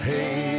Hey